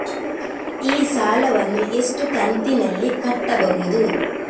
ಈ ಸಾಲವನ್ನು ಎಷ್ಟು ಕಂತಿನಲ್ಲಿ ಕಟ್ಟಬಹುದು?